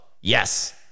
Yes